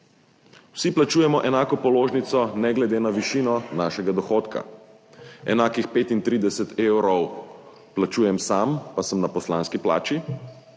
Vsi plačujemo enako položnico, ne glede na višino našega dohodka. Enakih 35 evrov plačujem sam, pa sem na poslanski plači,